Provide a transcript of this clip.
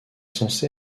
censé